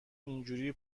اینجوری